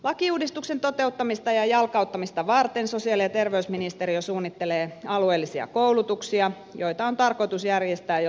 lakiuudistuksen toteuttamista ja jalkauttamista varten sosiaali ja terveysministeriö suunnittelee alueellisia koulutuksia joita on tarkoitus järjestää jo loppusyksystä lähtien